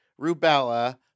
Rubella